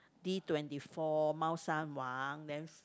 D-twenty-four Mao-Shan-Wang then